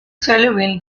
sullivan